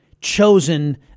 chosen